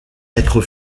être